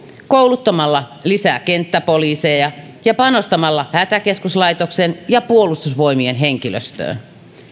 kouluttamalla lisää kenttäpoliiseja ja panostamalla hätäkeskuslaitoksen ja puolustusvoimien henkilöstöön